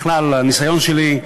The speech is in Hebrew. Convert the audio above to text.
בכלל, הניסיון שלי,